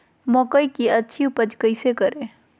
मकई की अच्छी उपज कैसे करे?